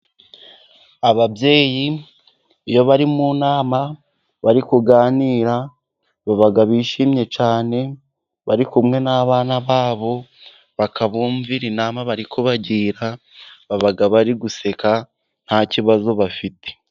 Ababyeyi iyo bari mu nama bari kuganira baba bishimye cyane, bari kumwe n'abana babo bakabumvira inama bari kuganira, baba bari guseka nta kibazo bafite.